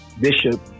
Bishop